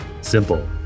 simple